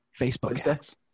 Facebook